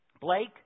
Blake